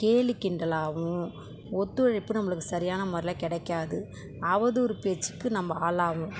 கேலிக் கிண்டலாகும் ஒத்துழைப்பும் நம்மளுக்கு சரியான முறையில கிடைக்காது அவதூறுப் பேச்சுக்கு நம்ப ஆளாவோம்